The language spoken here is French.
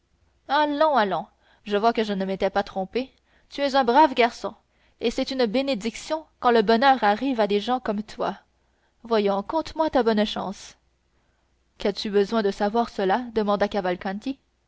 allons allons je vois que je ne m'étais pas trompé tu es un brave garçon et c'est une bénédiction quand le bonheur arrive à des gens comme toi voyons conte-moi ta bonne chance qu'as-tu besoin de savoir cela demanda cavalcanti